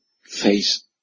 face